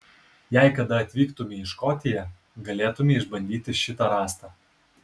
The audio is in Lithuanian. jei kada atvyktumei į škotiją galėtumei išbandyti šitą rąstą